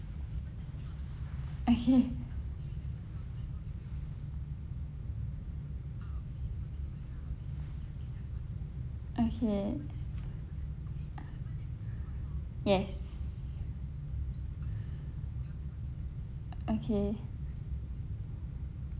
okay okay yes okay